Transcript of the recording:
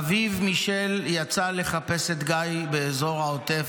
אביו מישל יצא לחפש את גיא באזור העוטף,